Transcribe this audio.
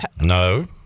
No